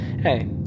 Hey